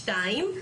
שתיים,